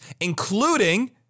including